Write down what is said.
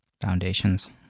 Foundations